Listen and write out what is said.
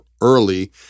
early